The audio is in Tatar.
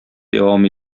дәвам